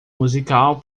musical